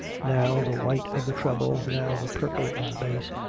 now the white of the treble, now the purple of the bass,